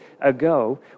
ago